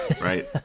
Right